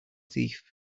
thief